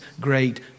great